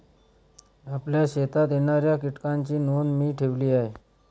आपल्या शेतात येणाऱ्या कीटकांची नोंद मी ठेवली आहे